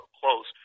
close